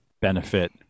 benefit